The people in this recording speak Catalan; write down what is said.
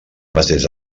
mateix